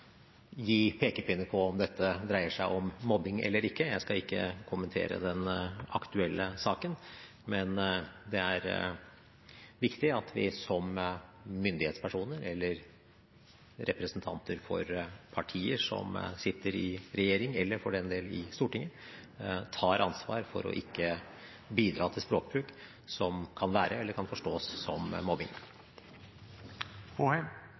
gi pekepinner på om dette dreier seg om mobbing eller ikke. Jeg skal ikke kommentere den aktuelle saken. Men det er viktig at vi som myndighetspersoner eller representanter for partier som sitter i regjering, eller for den del som sitter i Stortinget, tar ansvar for ikke å bidra til språkbruk som kan være, eller som kan forstås som